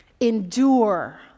endure